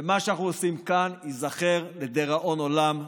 ומה שאנחנו עושים כאן ייזכר לדיראון עולם.